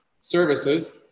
services